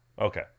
Okay